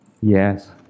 Yes